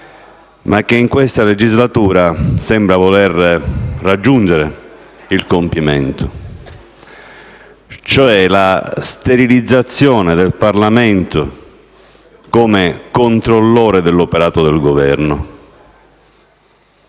ma che in questa legislatura sembra voler raggiungere il compimento, cioè la sterilizzazione del Parlamento come controllore dell'operato del Governo.